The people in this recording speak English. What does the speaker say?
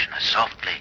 Softly